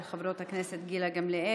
של חברות הכנסת גילה גמליאל